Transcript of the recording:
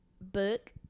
book